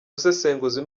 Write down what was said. busesenguzi